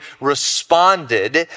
responded